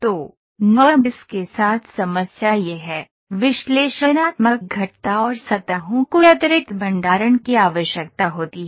तो NURBS के साथ समस्या यह है विश्लेषणात्मक वक्र और सतहों को अतिरिक्त भंडारण की आवश्यकता होती है